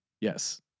yes